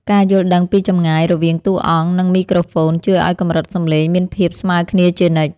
ការយល់ដឹងពីចម្ងាយរវាងតួអង្គ និង មីក្រូហ្វូនជួយឱ្យកម្រិតសំឡេងមានភាពស្មើគ្នាជានិច្ច។